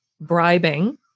bribing